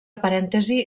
parèntesis